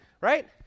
right